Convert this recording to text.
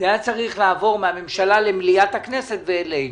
זה היה צריך לעבור מהממשלה למליאת הכנסת ואלינו.